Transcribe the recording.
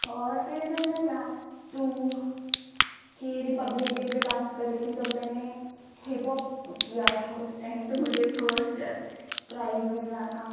और फिर जब मैं क्लास टू के रिपब्लिक डे पर डान्स कर रही थी तब मैने हिपहॉप किया था उस टाइम तो मुझे फ़र्स्ट प्राइज़ मिला था